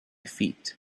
feet